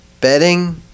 bedding